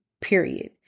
Period